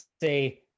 say